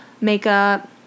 makeup